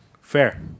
Fair